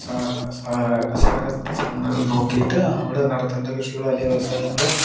സ്ഥലത്ത് സ്ഥലം നോക്കിയിട്ട് അവിടെ നടത്തേണ്ട കൃഷികളോ അല്ലേൽ വ്യവസായങ്ങളോ